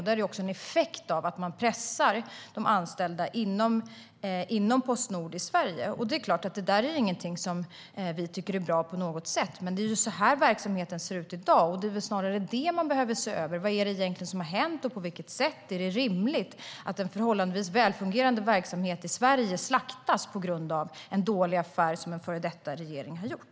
Detta är också en effekt av att man pressar de anställda inom Postnord i Sverige. Detta är såklart ingenting som vi tycker är bra på något sätt. Men det är så här verksamheten ser ut i dag, och det är väl snarare det man behöver se över. Vad är det egentligen som har hänt, och på vilket sätt är det rimligt att en förhållandevis välfungerande verksamhet i Sverige slaktas på grund av en dålig affär som en före detta regering har gjort?